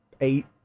eight